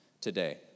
today